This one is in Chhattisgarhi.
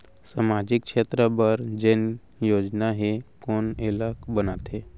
सामाजिक क्षेत्र बर जेन योजना हे कोन एला बनाथे?